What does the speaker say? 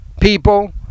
People